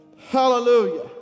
Hallelujah